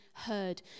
heard